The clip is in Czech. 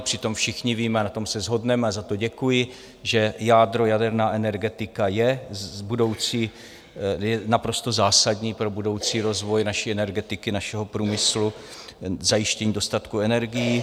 Přitom všichni víme, a na tom se shodneme a za to děkuji, že jádro, jaderná energetika je budoucí, naprosto zásadní pro budoucí rozvoj naší energetiky, našeho průmyslu, zajištění dostatku energií.